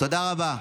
תודה רבה.